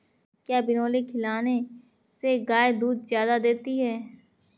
क्या बिनोले खिलाने से गाय दूध ज्यादा देती है?